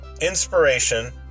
inspiration